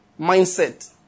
mindset